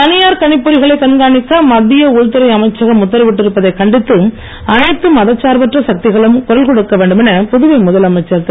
தனியார் கணிப்பொறிகளை கண்காணிக்க மத்திய உள்துறை அமைச்சகம் உத்தரவிட்டு இருப்பதை கண்டித்து அனைத்து மதசார்பற்ற சக்திகளும் குரல் கொடுக்க வேண்டும் என புதுவை முதலமைச்சர் திரு